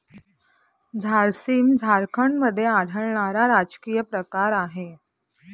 झारसीम झारखंडमध्ये आढळणारा राजकीय प्रकार आहे